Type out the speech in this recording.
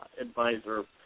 advisor